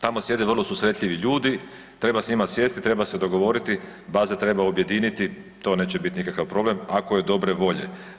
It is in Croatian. Tamo sjede vrlo susretljivi ljudi, treba s njima sjesti i treba se dogovoriti, baze treba objediniti, to neće bit nikakav problem ako je dobre volje.